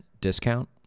discount